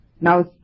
Now